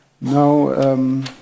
Now